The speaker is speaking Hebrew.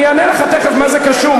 אני אענה לך תכף מה זה קשור.